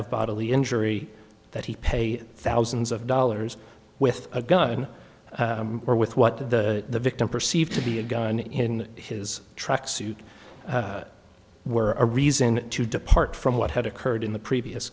of bodily injury that he paid thousands of dollars with a gun or with what the victim perceived to be a gun in his tracksuit were a reason to depart from what had occurred in the previous